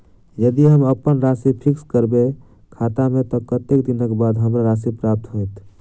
यदि हम अप्पन राशि फिक्स करबै खाता मे तऽ कत्तेक दिनक बाद हमरा राशि प्राप्त होइत?